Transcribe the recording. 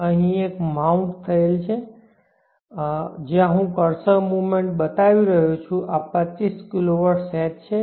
એક અહીં માઉન્ટ થયેલ છે જ્યાં હું કર્સર મૂવમેન્ટ બતાવી રહ્યો છું આ 25 kW સેટ છે